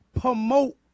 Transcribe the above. promote